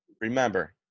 remember